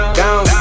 down